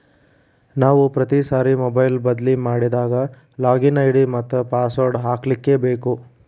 ನಾವು ಪ್ರತಿ ಸಾರಿ ಮೊಬೈಲ್ ಬದ್ಲಿ ಮಾಡಿದಾಗ ಲಾಗಿನ್ ಐ.ಡಿ ಮತ್ತ ಪಾಸ್ವರ್ಡ್ ಹಾಕ್ಲಿಕ್ಕೇಬೇಕು